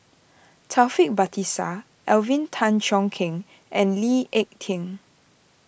Taufik Batisah Alvin Tan Cheong Kheng and Lee Ek Tieng